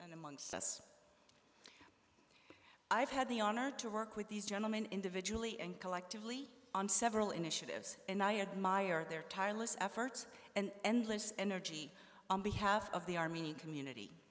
and amongst us i've had the honor to work with these gentlemen individually and collectively on several initiatives and i admired their tireless efforts and endless energy on behalf of the army community